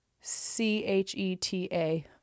c-h-e-t-a